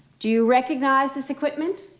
do you recognize this equipment?